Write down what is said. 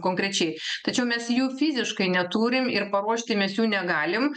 konkrečiai tačiau mes jų fiziškai neturim ir paruošti mes jų negalim